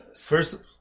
First